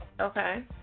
Okay